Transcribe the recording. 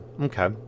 Okay